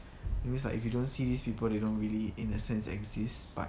it means like if you don't see these people they don't really in a sense exist but